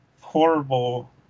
horrible